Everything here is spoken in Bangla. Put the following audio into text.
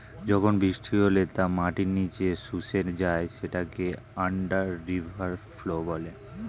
যখন বৃষ্টি হলে তা মাটির নিচে শুষে যায় সেটাকে আন্ডার রিভার ফ্লো বলে